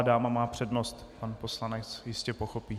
Dáma má přednost, pan poslanec jistě pochopí.